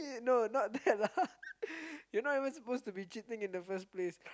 no not that lah you're not supposed to be cheating in the first place